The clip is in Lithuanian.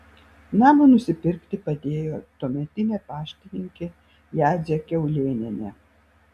namą nusipirkti padėjo tuometinė paštininkė jadzė kiaulėnienė